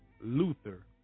Luther